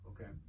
okay